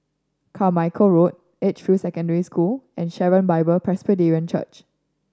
Carmichael Road Edgefield Secondary School and Sharon Bible Presbyterian Church